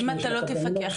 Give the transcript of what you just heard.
אם אתה לא תפקח,